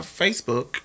Facebook